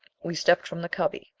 we stepped from the cubby.